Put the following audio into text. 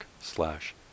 slash